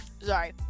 Sorry